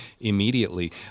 immediately